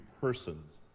persons